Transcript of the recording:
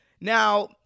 Now